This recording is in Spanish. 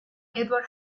edward